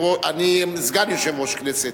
סגן יושב-ראש כנסת,